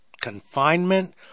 confinement